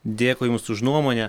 dėkui jums už nuomonę